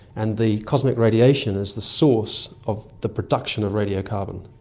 and the cosmic radiation is the source of the production of radiocarbon.